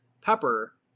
Pepper